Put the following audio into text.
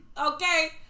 Okay